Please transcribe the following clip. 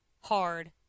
hard